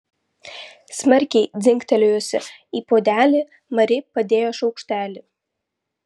smarkiai dzingtelėjusi į puodelį mari padėjo šaukštelį